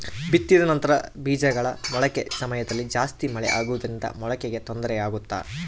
ಬಿತ್ತಿದ ನಂತರ ಬೇಜಗಳ ಮೊಳಕೆ ಸಮಯದಲ್ಲಿ ಜಾಸ್ತಿ ಮಳೆ ಆಗುವುದರಿಂದ ಮೊಳಕೆಗೆ ತೊಂದರೆ ಆಗುತ್ತಾ?